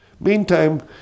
Meantime